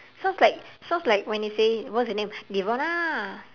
sounds like sounds like when you say what's the name devona